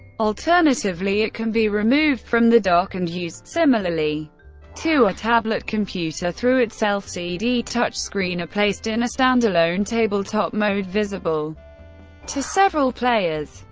alternatively, it can be removed from the dock and used similarly to a tablet computer through its lcd touchscreen, or placed in a standalone tabletop mode visible to several players.